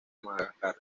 madagascar